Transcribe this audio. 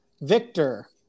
Victor